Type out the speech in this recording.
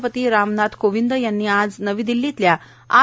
राष्ट्रपती रामनाथ कोविंद यांनी आज नवी दिल्लीतल्या आर